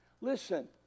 listen